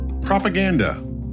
propaganda